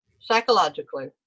psychologically